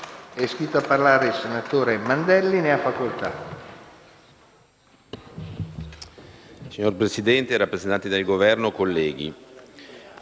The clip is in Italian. Signor Presidente, rappresentanti del Governo, colleghi,